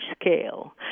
scale